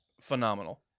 phenomenal